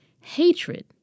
hatred